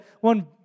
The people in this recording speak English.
one